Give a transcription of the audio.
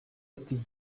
ati